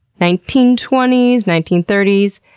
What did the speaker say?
nineteen twenty s, nineteen thirty s,